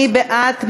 מי בעד?